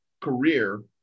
career